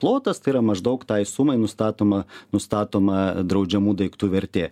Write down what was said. plotas tai yra maždaug tai sumai nustatoma nustatoma draudžiamų daiktų vertė